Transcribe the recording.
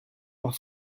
par